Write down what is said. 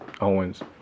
Owens